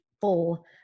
full